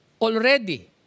already